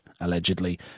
allegedly